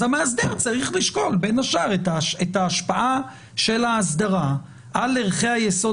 אז המאסדר צריך לשקול את ההשפעה של האסדרה על ערכי היסוד